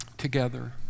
together